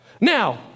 now